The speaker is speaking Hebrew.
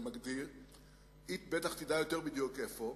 היא בטח תדע בדיוק איפה,